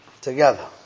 together